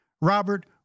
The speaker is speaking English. Robert